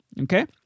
okay